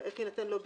איך יינתן לו ביטוי?